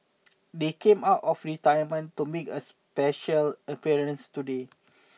they came out of retirement to make a special appearance today